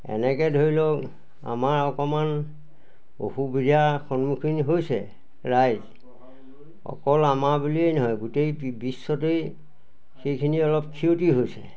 এনেকৈ ধৰি লওক আমাৰ অকণমান অসুবিধা সন্মুখীন হৈছে ৰাইজ অকল আমাৰ বুলিয়েই নহয় গোটেই বিশ্বতেই সেইখিনি অলপ ক্ষতি হৈছে